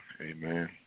amen